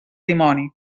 dimoni